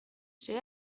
zer